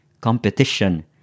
competition